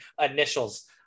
initials